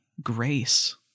grace